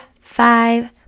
five